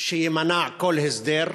שיימנע כל הסדר,